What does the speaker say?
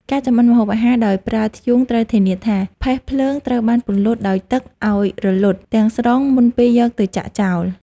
ការចម្អិនម្ហូបអាហារដោយប្រើធ្យូងត្រូវធានាថា ផេះភ្លើងត្រូវបានពន្លត់ដោយទឹកឱ្យរលត់ទាំងស្រុងមុនពេលយកទៅចាក់ចោល។